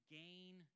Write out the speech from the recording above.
gain